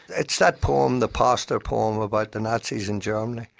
it's that poem, the pastor poem, about the nazis in germany.